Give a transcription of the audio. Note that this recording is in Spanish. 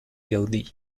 gaudí